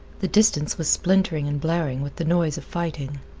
the distance was splintering and blaring with the noise of fighting.